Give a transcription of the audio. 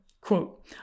Quote